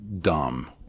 dumb